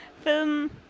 film